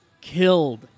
Killed